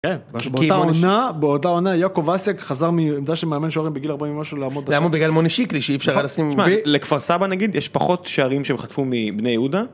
באותה עונה באותה עונה יעקב אסק חזר מעמדה של מאמן שוערים בגיל 40 ומשהו לעמוד בשער, בגלל מוני שיקלי שאי אפשר היה לשים אותו לכפר סבא נגיד יש פחות שערים שחטפו מבני יהודה.